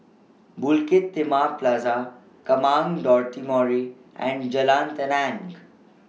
Bukit Timah Plaza and Jalan Tenang